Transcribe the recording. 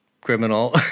criminal